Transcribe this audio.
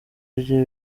bye